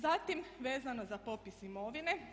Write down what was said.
Zatim vezano za popis imovine.